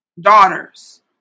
Daughters